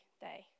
day